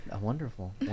wonderful